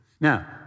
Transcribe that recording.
Now